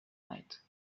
night